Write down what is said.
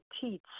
teach